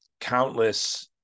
countless